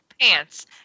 pants